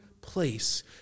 place